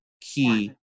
key